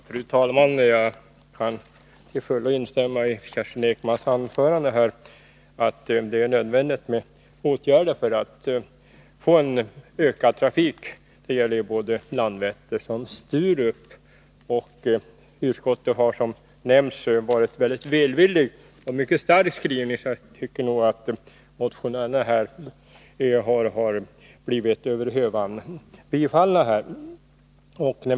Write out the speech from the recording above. Fru talman! Jag kan till fullo instämma i vad Kerstin Ekman sade om att det är nödvändigt med åtgärder för att få en ökad flygtrafik, och det gäller både Landvetter och Sturup. Utskottet har som nämnts varit mycket välvilligt och uttalat sig mycket starkt, så jag tycker att motionärerna i den här frågan har blivit över hövan tillgodosedda.